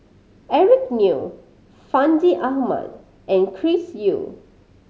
Eric Neo Fandi Ahmad and Chris Yeo